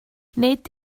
nid